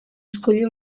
escollir